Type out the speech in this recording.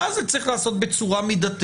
ואז צריך זה צריך להיעשות בצורה מידתית.